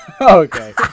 Okay